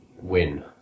win